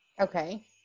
Okay